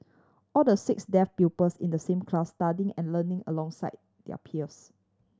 all the six deaf pupils in the same class studying and learning alongside their peers